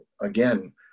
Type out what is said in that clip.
again